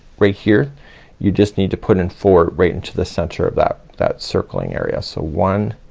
right here you just need to put in four right into the center of that that circling area. so one,